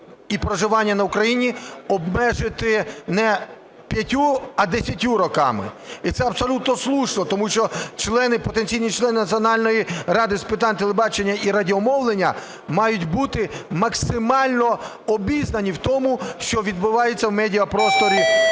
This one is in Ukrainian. і проживання на Україні обмежити не 5-ма, а 10 роками. І це абсолютно слушно, тому що потенційні члени Національної ради з питань телебачення і радіомовлення мають бути максимально обізнані в тому, що відбувається в медіапросторі